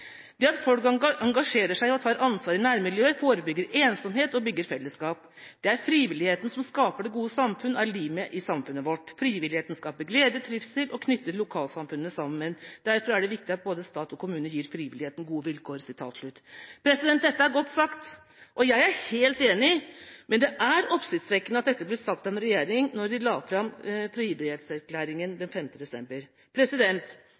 Det at folk engasjerer seg og tar ansvar i nærmiljøet, forebygger ensomhet og bygger fellesskap. Det er frivilligheten som skaper det gode samfunn og er limet i samfunnet vårt. Frivilligheten skaper glede, trivsel og knytter lokalsamfunnene sammen. Derfor er det viktig at både stat og kommuner gir frivilligheten gode vilkår. Dette er godt sagt, og jeg er helt enig, men det er oppsiktsvekkende at dette ble sagt av regjeringa da man la fram